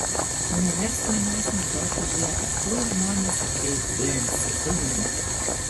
neversk manęs naudoti jėgą tuoj žmonės atkreips dėmesį einame